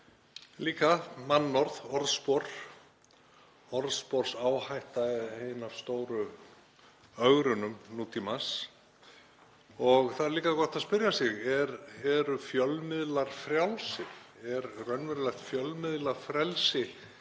líka mannorð, orðspor. Orðsporsáhætta er ein af stóru ögrunum nútímans. Það er líka gott að spyrja sig: Eru fjölmiðlar frjálsir? Er raunverulegt fjölmiðlafrelsi